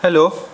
hello